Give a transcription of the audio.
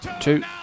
two